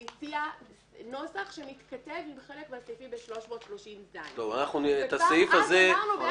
היא הציעה נוסח שמתכתב עם חלק מהסעיפים בסעיף 330ז. בסדר,